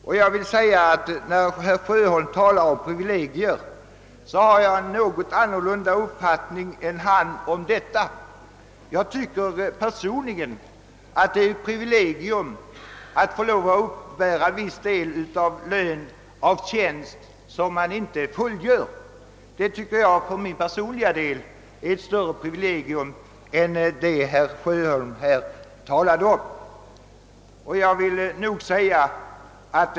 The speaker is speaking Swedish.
Herr Sjöholm talade också om privilegier. Jag har en annan uppfattning än han på den punkten. Jag tycker personligen att det är ett privilegium att få lov att uppbära en viss del av lön av tjänst som man inte fullgör. Det tycker jag är ett större privilegium än det som herr Sjöholm här talade om.